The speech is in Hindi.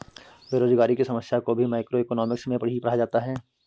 बेरोजगारी की समस्या को भी मैक्रोइकॉनॉमिक्स में ही पढ़ा जाता है